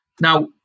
Now